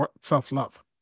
self-love